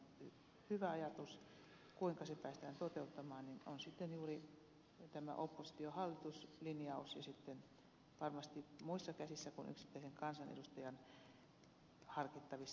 siinä kuinka se päästään toteuttamaan on sitten juuri tämä oppositiohallitus linjaus ja se on sitten varmasti muissa käsissä kuin yksittäisen kansanedustajan harkittavissa